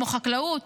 כמו חקלאות,